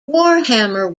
warhammer